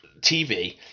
TV